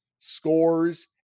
scores